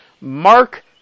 Mark